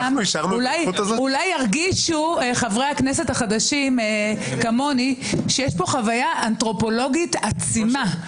אולי ירגישו חברי הכנסת החדשים כמוני שיש פה חוויה אנתרופולוגית עצימה,